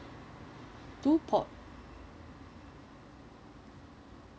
two port~